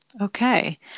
okay